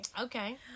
Okay